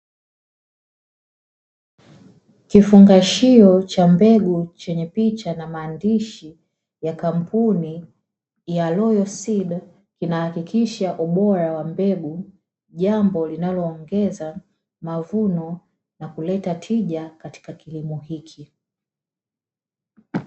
Kifungashio cha mbegu chenye picha na maandishi ya kampuni ya "royal seed" inahakikisha ubora wa mbegu, jambo linaloongeza mavuno na kuleta tija katika kilimo hiki.